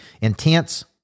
intense